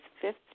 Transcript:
fifth